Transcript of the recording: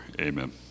amen